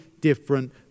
different